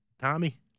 Tommy